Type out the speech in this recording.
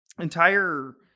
entire